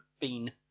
Bean